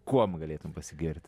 kuom galėtum pasigirt